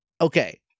Okay